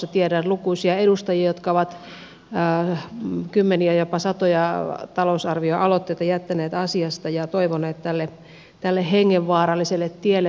tiedän lukuisia edustajia jotka ovat kymmeniä jopa satoja talousarvioaloitteita jättäneet asiasta ja toivoneet tälle hengenvaaralliselle tielle parannusta